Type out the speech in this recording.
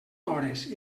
hores